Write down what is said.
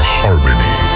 harmony